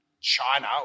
China